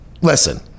listen